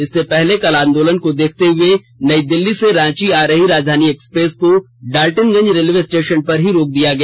इससे पहले कल आंदोलन को देखते हुए नयी दिल्ली से रांची आ रही राजधानी एक्सप्रेस को डालटनगंज रेलवे स्टेशन पर ही रोक दिया गया